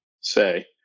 say